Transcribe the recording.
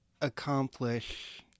accomplish